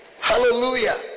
Hallelujah